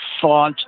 thought